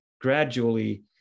gradually